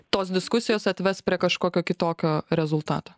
tos diskusijos atves prie kažkokio kitokio rezultato